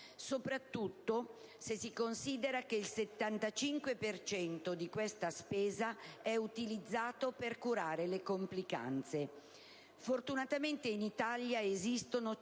soprattutto se si considera che il 75 per cento di questa spesa è utilizzato per curare le complicanze. Fortunatamente, in Italia esistono 120